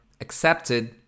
accepted